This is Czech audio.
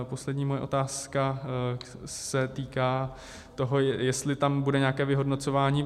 Poslední moje otázka se týká toho, jestli tam bude nějaké vyhodnocování.